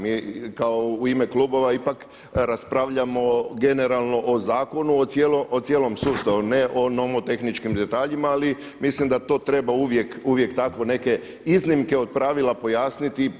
Mi kao u ime klubova ipak raspravljamo generalno o zakonu, o cijelom sustavu, ne o nomotehničkim detaljima ali mislim da to treba uvijek tako neke iznimke od pravila pojasniti.